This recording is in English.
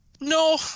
No